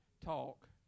talk